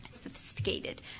sophisticated